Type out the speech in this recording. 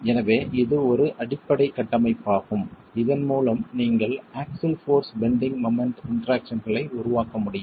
எனவே இது ஒரு அடிப்படை கட்டமைப்பாகும் இதன் மூலம் நீங்கள் ஆக்ஸில் போர்ஸ் பெண்டிங் மொமெண்ட் இன்டெராக்சன்களை உருவாக்க முடியும்